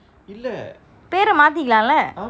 பெற மதிக்கலாம்ல:pera mathikalamla